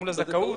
מול הזכאות?